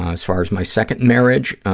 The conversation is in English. as far as my second marriage,